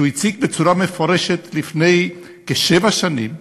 שהוא הציג בצורה מפורשת לפני כשבע שנים,